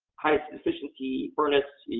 efficiency furnace,